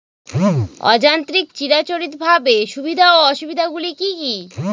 অযান্ত্রিক চিরাচরিতভাবে সুবিধা ও অসুবিধা গুলি কি কি?